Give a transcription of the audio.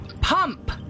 Pump